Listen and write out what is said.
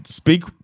speak